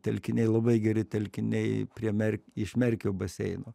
telkiniai labai geri telkiniai prie merk iš merkio baseino